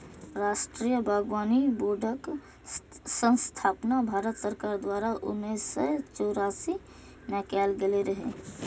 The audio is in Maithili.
राष्ट्रीय बागबानी बोर्डक स्थापना भारत सरकार द्वारा उन्नैस सय चौरासी मे कैल गेल रहै